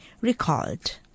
recalled